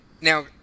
Now